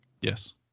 Yes